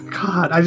god